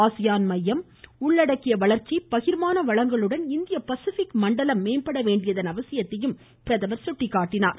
ASEAN மையம் உள்ளடக்கிய வளர்ச்சி பகிர்மான வளங்களுடன் இந்திய பசிபிக் மண்டலம் மேம்பட வேண்டியதன் அவசியத்தையும் பிரதமர் வலியுறுத்தினார்